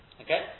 Okay